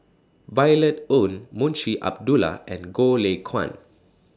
Violet Oon Munshi Abdullah and Goh Lay Kuan